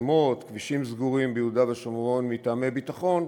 חסימות וכבישים סגורים ביהודה ושומרון מטעמי ביטחון,